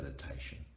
meditation